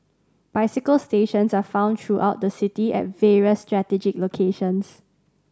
bicycle stations are found throughout the city at various strategic locations